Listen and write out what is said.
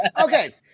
okay